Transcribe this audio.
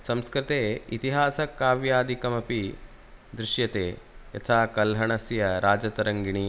संस्कृते इतिहासकाव्यादिकमपि दृश्यते यथा कल्हणस्य राजतरङ्गिणी